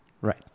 Right